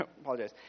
apologize